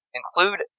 include